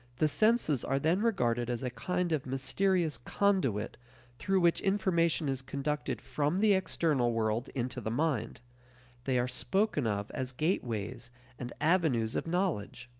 the senses are then regarded as a kind of mysterious conduit through which information is conducted from the external world into the mind they are spoken of as gateways and avenues of knowledge.